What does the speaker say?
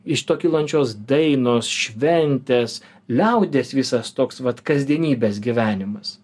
iš to kylančios dainos šventės liaudies visas toks vat kasdienybės gyvenimas